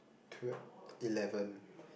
twe~ eleven